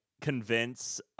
convince